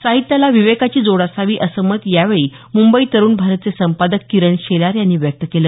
साहित्याला विवेकाची जोड असावी असं मत यावेळी मुंबई तरुण भारतचे संपादक किरण शेलार यांनी व्यक्त केलं